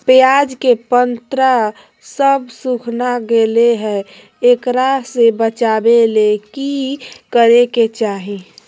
प्याज के पत्ता सब सुखना गेलै हैं, एकरा से बचाबे ले की करेके चाही?